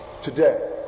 Today